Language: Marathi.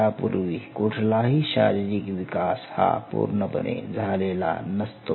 त्यापूर्वी कुठलाही शारीरिक विकास हा पूर्णपणे झालेला नसतो